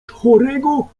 chorego